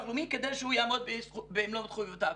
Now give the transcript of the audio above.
לאומי כדי שהוא יעמוד במלוא התחייבויותיו.